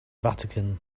vatican